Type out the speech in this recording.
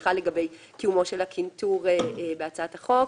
ובכלל לגבי קיומו של הקנטור בהצעת החוק.